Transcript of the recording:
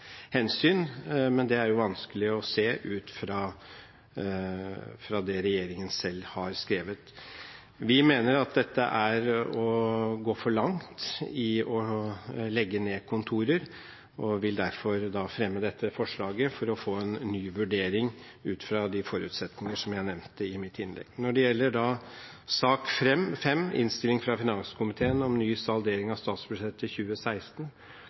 hensyn, men det er det vanskelig å se ut fra det som regjeringen selv har skrevet. Vi mener at dette er å gå for langt i å legge ned kontorer, og vil derfor fremme dette forslaget for å få en ny vurdering ut fra de forutsetninger som jeg nevnte i mitt innlegg. Når det gjelder sak nr. 5, innstilling fra finanskomiteen om ny saldering av statsbudsjettet for 2016,